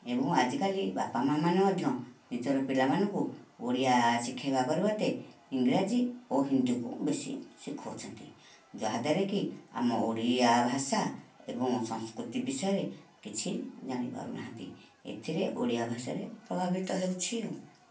ଏବଂ ଆଜିକାଲି ବାପା ମାଆ ମାନେ ମଧ୍ୟ ନିଜର ପିଲାମାନଙ୍କୁ ଓଡ଼ିଆ ଶିଖାଇବା ପରିବର୍ତ୍ତେ ଇଂରାଜୀ ଓ ହିନ୍ଦୀକୁ ବେଶି ଶିଖାଉଛନ୍ତି ଯାହା ଦ୍ୱାରା କି ଆମ ଓଡ଼ିଆ ଭାଷା ଏବଂ ସଂସ୍କୃତି ବିଷୟରେ କିଛି ଜାଣି ପାରୁନାହାନ୍ତି ଏଥିରେ ଓଡ଼ିଆ ଭାଷାରେ ପ୍ରଭାବିତ ହେଉଛି ଆଉ